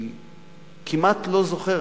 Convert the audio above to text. אני כמעט לא זוכר,